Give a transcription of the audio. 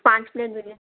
پانچ منٹ بریانی